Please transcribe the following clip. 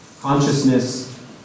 consciousness